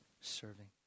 serving